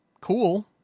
Cool